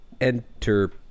Enter